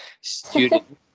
Student